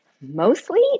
mostly